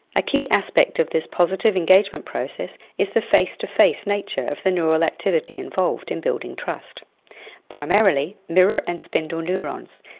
a key aspect of this positive engagement process is the face to face nature of the neural activity involved in building trust primarily mirror and spindle neurons,